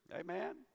Amen